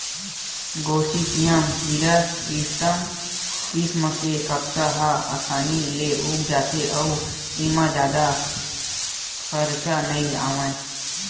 Gossypium hirsutum किसम के कपसा ह असानी ले उग जाथे अउ एमा जादा खरचा नइ आवय